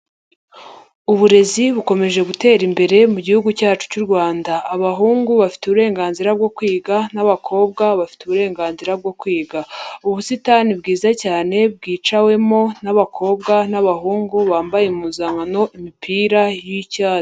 Uburezi bukomeje gutera imbere mu gihugu cyacu cy'u Rwanda, abahungu bafite uburenganzira bwo kwiga n'abakobwa bafite uburenganzira bwo kwiga, ubusitani bwiza cyane bwicawemo n'abakobwa n'abahungu bambaye impuzankano imipira y'icyatsi.